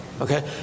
Okay